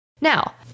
Now